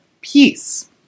peace